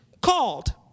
called